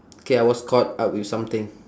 K I was caught up with something